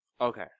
Okay